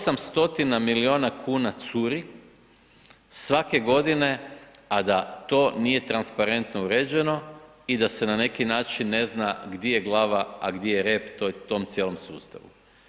800 milijuna kuna curi svake godine a da to nije transparentno uređeno i da se na neki način ne zna di je glava, a gdje je rep u tom cijelom sustavu.